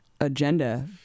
agenda